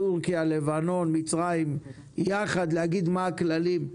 לבנון ומצרים ביחד להגיד מה הכללים?